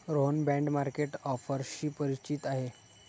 Rohan bond market ऑफर्सशी परिचित आहे